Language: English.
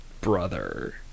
brother